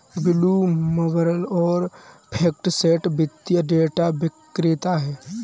Bloomberg और FactSet वित्तीय data विक्रेता हैं